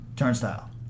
Turnstile